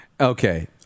Okay